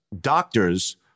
Doctors